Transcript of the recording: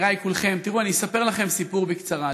יקיריי כולכם, אני אספר לכם סיפור בקצרה.